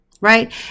right